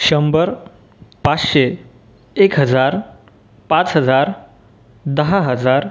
शंभर पाचशे एक हजार पाच हजार दहा हजार